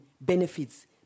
benefits